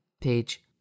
page